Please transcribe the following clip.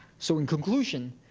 so in conclusion,